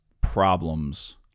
problems